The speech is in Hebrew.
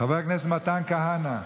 חבר הכנסת מתן כהנא,